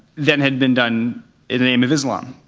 than had been done in the name of islam.